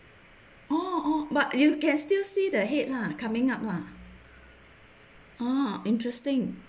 orh orh but you can still see the head lah coming up lah orh interesting